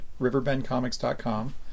riverbendcomics.com